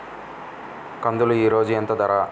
కందులు ఈరోజు ఎంత ధర?